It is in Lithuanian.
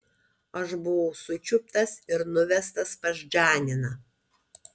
aš buvau sučiuptas ir nuvestas pas džaniną